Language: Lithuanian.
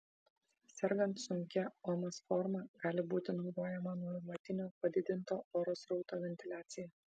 sergant sunkia omas forma gali būti naudojama nuolatinio padidinto oro srauto ventiliacija